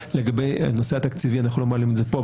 לגבי נושא התקציבי, אנחנו לא מעלים את זה פה.